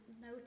no